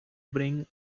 bring